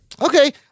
Okay